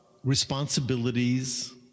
responsibilities